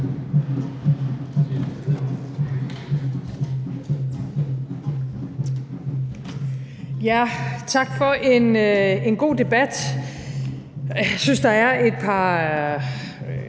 Tak for en god debat. Jeg synes, at der er et par